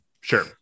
sure